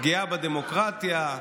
פגיעה בדמוקרטיה,